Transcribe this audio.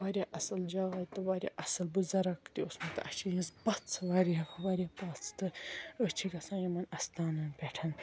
تہٕ واریاہ اَصٕل جاے تہٕ واریاہ اَصٕل بٕزَرگ تہِ اوسمُت اسہِ چھِ یِہنٛز پَژھ واریاہ واریاہ پَژھ أسۍ چھِ گَژھان یِمن اَستانَن پٮ۪ٹھ